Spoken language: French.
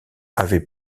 avait